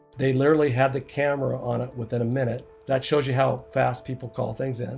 they literally had the camera on it within a minute. that shows you how fast people call things in.